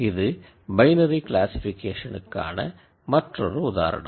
இது பைனரி க்ளாசிக்பிகேஷனுக்கான மற்றொரு உதாரணம்